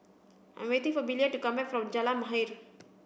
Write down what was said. I'm waiting for Belia to come back from Jalan Mahir